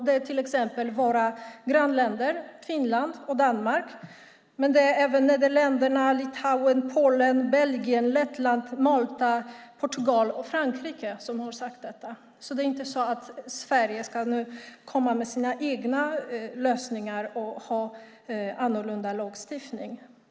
Det gäller våra grannländer Finland och Danmark, men också Nederländerna, Litauen, Polen, Belgien, Lettland, Malta, Portugal och Frankrike har sagt sig göra detta. Sverige ska alltså inte komma med några egna lösningar och ha en annorlunda lagstiftning.